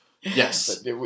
yes